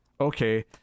okay